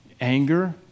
anger